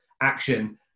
action